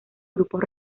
grupos